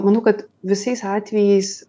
manau kad visais atvejais